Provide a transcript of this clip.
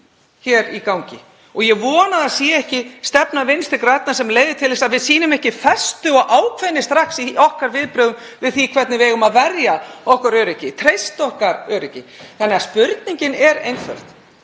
hér í gangi og ég vona að það sé ekki stefna Vinstri grænna sem leiðir til þess að við sýnum ekki festu og ákveðni strax í okkar viðbrögðum í því hvernig við eigum að verja okkar öryggi, treysta okkar öryggi. Spurningin er einföld: